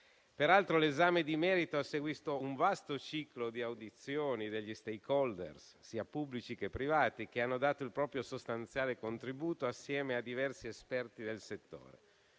Peraltro, l'esame di merito ha seguito un vasto ciclo di audizioni degli *stakeholder*, sia pubblici che privati, che hanno dato il proprio sostanziale contributo assieme a diversi esperti del settore.